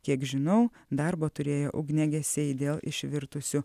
kiek žinau darbo turėjo ugniagesiai dėl išvirtusių